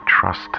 Trust